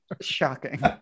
shocking